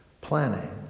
Planning